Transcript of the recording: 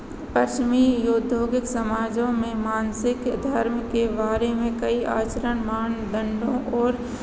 पर्चमी औद्योगिक समाजों में मानसिक धर्म के बारे में कई आचरण मानदंडों और